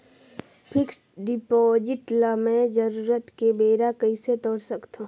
Fixed deposit ल मैं जरूरत के बेरा कइसे तोड़ सकथव?